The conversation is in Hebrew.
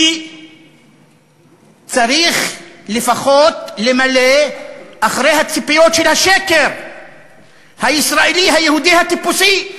כי צריך לפחות למלא אחרי הציפיות של השקר הישראלי היהודי הטיפוסי,